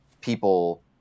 people